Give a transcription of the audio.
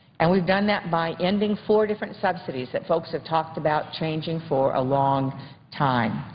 and we've done that by ending four different subsidies that folks have talked about changing for a long time.